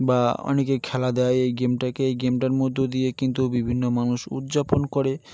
বা অনেকে খেলা দেয় এই গেমটাকে এই গেমটার মধ্যে দিয়ে কিন্তু বিভিন্ন মানুষ উদযাপন করে